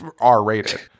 R-rated